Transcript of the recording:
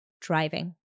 Driving